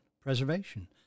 preservation